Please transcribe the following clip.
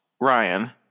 Ryan